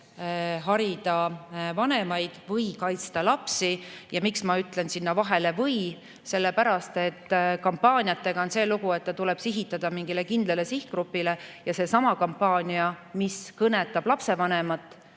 harida vanemaid või kaitsta lapsi. Miks ma ütlesin sinna vahele "või"? Sellepärast, et kampaaniatega on see lugu, et see tuleb sihitada kindlale sihtgrupile. Seesama kampaania, mis kõnetab lapsevanemat,